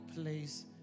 place